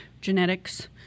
genetics